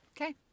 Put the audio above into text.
Okay